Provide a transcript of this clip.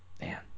man